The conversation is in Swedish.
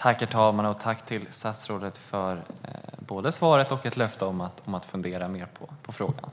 Herr talman! Jag tackar statsrådet för både svaret och löftet om att fundera mer på frågan.